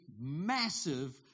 massive